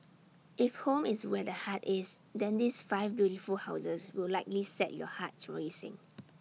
if home is where the heart is then these five beautiful houses will likely set your hearts racing